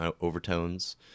overtones